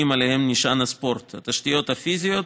שעליהם נשען הספורט: התשתיות הפיזיות,